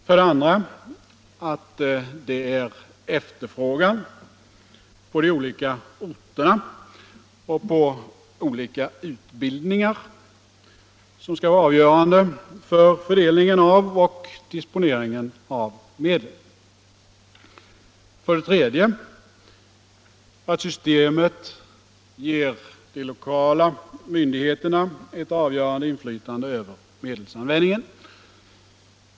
För det andra är det efterfrågan på de olika orterna och på olika utbildningar som skall vara avgörande för fördelningen av och disponeringen av medlen. För det tredje ger systemet de lokala myndigheterna ett avgörande inflytande över medelsanvändningen.